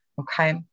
Okay